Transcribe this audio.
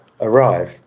arrive